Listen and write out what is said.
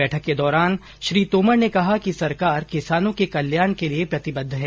बैठक के दौरान श्री तोमर ने कहा कि सरकार किसानों के कल्याण के लिए प्रतिबद्द है